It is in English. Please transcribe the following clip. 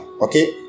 Okay